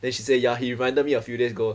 then she say ya he reminded me a few days ago